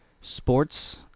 sports